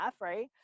right